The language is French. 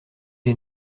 est